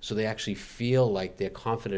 so they actually feel like they're confident